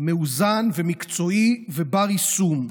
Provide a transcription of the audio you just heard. מאוזן ומקצועי ובר-יישום.